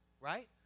right